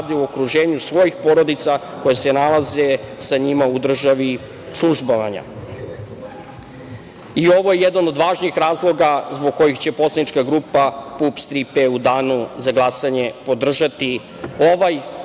u okruženju svojih porodica koje se nalaze sa njima u državi službovanja. Ovo je jedan od važnih razloga zbog kojih će poslanička grupa PUPS - „Tri P“ u danu za glasanje podržati ovaj,